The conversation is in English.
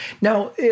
Now